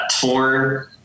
torn